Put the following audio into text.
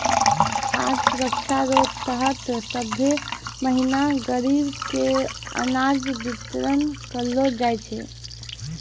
खाद सुरक्षा रो तहत सभ्भे महीना गरीब के अनाज बितरन करलो जाय छै